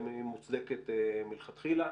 האם היא מוצדקת מלכתחילה,